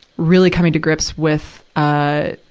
really coming to grips with, ah,